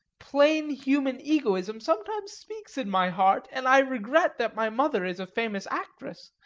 plain, human egoism sometimes speaks in my heart, and i regret that my mother is a famous actress.